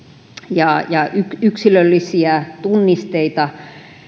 ja yksilöllisiä tunnisteita